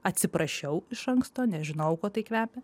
atsiprašiau iš anksto nes žinojau kuo tai kvepia